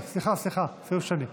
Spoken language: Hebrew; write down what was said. סליחה, סיבוב שני.